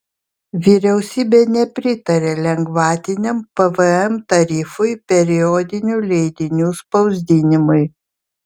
vyriausybė nepritarė lengvatiniam pvm tarifui periodinių leidinių spausdinimui